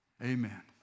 Amen